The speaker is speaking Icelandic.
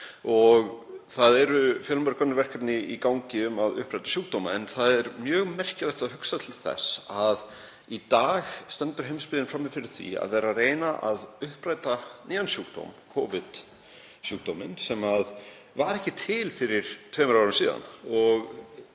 Það eru fjölmörg önnur verkefni í gangi um að uppræta sjúkdóma. Það er mjög merkilegt að hugsa til þess að í dag stendur heimsbyggðin frammi fyrir því að vera að reyna að uppræta nýjan sjúkdóm, Covid-sjúkdóminn, sem var ekki til fyrir tveimur árum, og